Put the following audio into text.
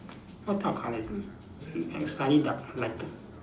what type of colour slightly dark lighter